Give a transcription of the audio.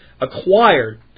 acquired